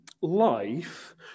life